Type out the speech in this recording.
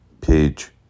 page